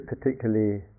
particularly